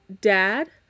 dad